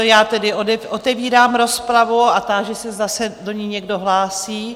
Já tedy otevírám rozpravu a táži se, zda se do ní někdo hlásí.